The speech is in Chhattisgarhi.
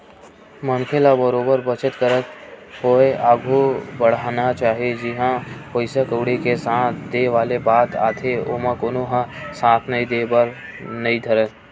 मनखे ल बरोबर बचत करत होय आघु बड़हना चाही जिहाँ पइसा कउड़ी के साथ देय वाले बात आथे ओमा कोनो ह साथ नइ देय बर नइ धरय